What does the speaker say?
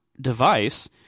device